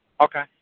Okay